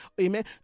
amen